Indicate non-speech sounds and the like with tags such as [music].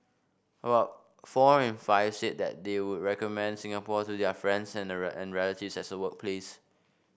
about four in five said they would recommend Singapore to their friends and [unintelligible] and relatives as a workplace